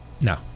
no